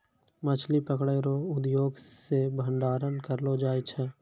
मछली पकड़ै रो उद्योग से भंडारण करलो जाय छै